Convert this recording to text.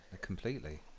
completely